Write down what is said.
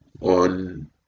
on